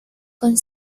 con